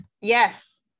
Yes